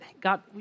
God